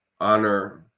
honor